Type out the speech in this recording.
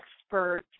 expert